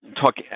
talk